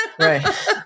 Right